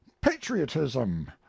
patriotism